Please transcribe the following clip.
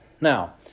Now